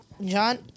John